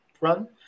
run